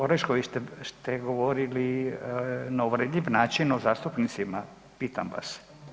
Orešković ste, ste govorili na uvredljiv način o zastupnicima, pitam vas?